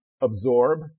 absorb